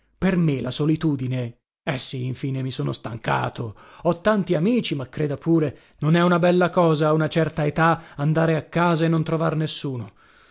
per me la solitudine eh sì infine mi sono stancato ho tanti amici ma creda pure non è una bella cosa a una certa età andare a casa e non trovar nessuno